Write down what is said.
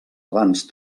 abans